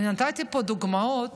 נתתי פה דוגמאות,